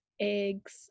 eggs